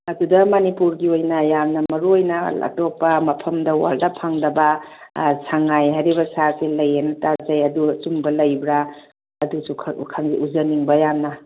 ꯑꯗꯨꯗ ꯃꯅꯤꯄꯨꯔꯒꯤ ꯑꯣꯏꯅ ꯌꯥꯝꯅ ꯃꯔꯨ ꯑꯣꯏꯅ ꯑꯇꯣꯞꯄ ꯃꯐꯝꯗ ꯋꯥꯔꯜꯗ ꯐꯪꯗꯕ ꯁꯉꯥꯏ ꯍꯥꯏꯔꯤꯕ ꯁꯥꯁꯦ ꯂꯩꯌꯦꯅ ꯇꯥꯖꯩ ꯑꯗꯣ ꯑꯆꯨꯝꯕ ꯂꯩꯕ꯭ꯔꯥ ꯑꯗꯨꯁꯨ ꯎꯖꯅꯤꯡꯕ ꯌꯥꯝꯅ